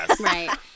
right